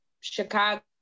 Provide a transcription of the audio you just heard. Chicago